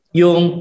yung